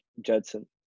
Judson